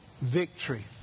victory